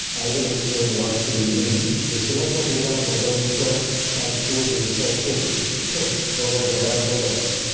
i will explain what clean means. you select the data, go to insert and choose insert table. it checks whether there are headers.